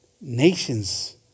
nations